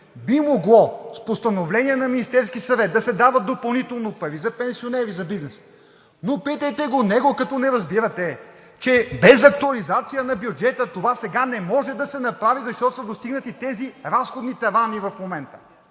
би могло с постановление на Министерския съвет да се дават допълнително пари за пенсионери, за бизнеса. Но, питайте го него, като не разбирате, че без актуализация на бюджета това сега не може да се направи, защото са достигнати тези разходни тавани в момента.